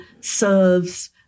serves